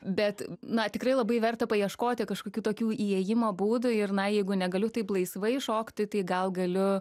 bet na tikrai labai verta paieškoti kažkokių tokių įėjimo būdo ir na jeigu negaliu taip laisvai šokti tai gal galiu